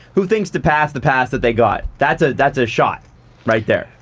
who thinks to pass the pass that they got? that's a that's a shot right there,